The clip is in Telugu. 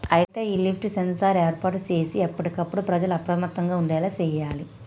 అయితే ఈ లిఫ్ట్ సెన్సార్ ఏర్పాటు సేసి ఎప్పటికప్పుడు ప్రజల అప్రమత్తంగా ఉండేలా సేయాలి